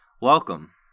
Welcome